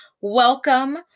Welcome